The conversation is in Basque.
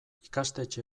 ikastetxe